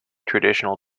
traditional